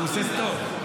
הוא עושה סטופ.